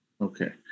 Okay